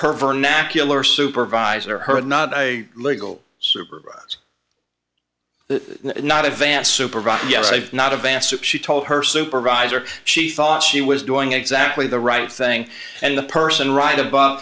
her vernacular supervisor her not a legal supervisor not advance supervisor yes i've not advancer she told her supervisor she thought she was doing exactly the right thing and the person right